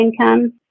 income